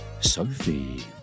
sophie